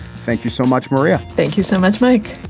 thank you so much, maria. thank you so much, mike